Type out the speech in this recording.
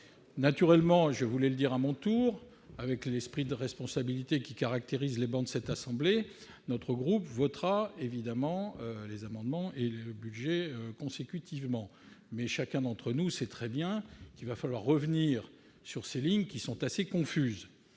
Naturellement, je veux le dire à mon tour avec l'esprit de responsabilité qui caractérise les membres de cette assemblée, notre groupe votera consécutivement les amendements et le budget, mais chacun d'entre nous sait très bien qu'il va falloir revenir sur ces lignes, somme toute assez confuses.